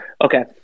Okay